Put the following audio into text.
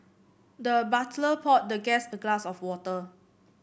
the butler poured the guest a glass of water